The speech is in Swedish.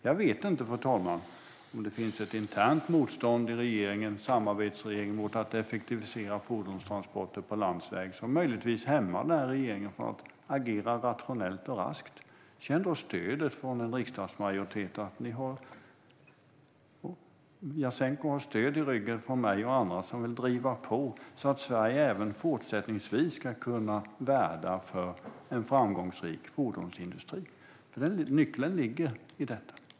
Jag vet inte, fru talman, om det finns ett internt motstånd i samarbetsregeringen mot att effektivisera fordonstransporter på landsväg som möjligtvis hämmar regeringen från att agera rationellt och raskt. Då kan Jasenko känna stödet från en riksdagsmajoritet. Han har stöd i ryggen från mig och andra som vill driva på för att Sverige även fortsättningsvis ska kunna värna vår framgångsrika fordonsindustri. Nyckeln till det ligger i detta.